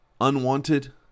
unwanted